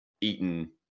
eaten